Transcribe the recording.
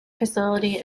facility